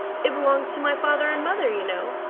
it belongs to my father and mother, you know.